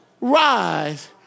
rise